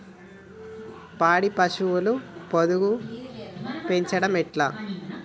పాడి పశువుల పొదుగు పెంచడం ఎట్లా?